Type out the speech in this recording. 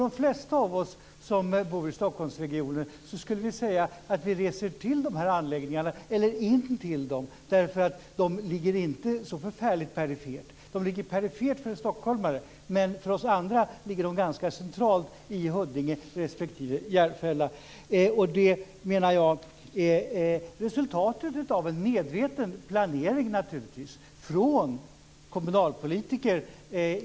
De flesta av oss som bor i Stockholmsregionen skulle säga att vi reser in till de här anläggningarna, eftersom de inte ligger så förfärligt perifert. De ligger perifert för en stockholmare, men för oss andra ligger de ganska centralt i Huddinge respektive Järfälla. Jag menar att det naturligtvis är resultatet av en medveten planering från kommunalpolitiker.